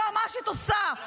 -- שהיועצת המשפטית לממשלה,